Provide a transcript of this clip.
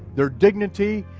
their dignity,